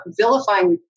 vilifying